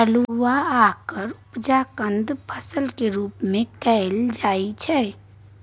अल्हुआक उपजा कंद फसल केर रूप मे कएल जाइ छै